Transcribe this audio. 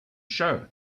show